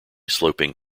sloping